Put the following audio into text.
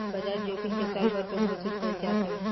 बाजार जोखिम के सालभर पे घोषित कईल जात हवे